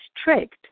strict